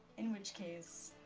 in which case.